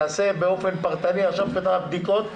יעשה באופן פרטני בדיקות,